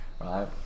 right